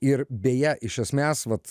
ir beje iš esmės vat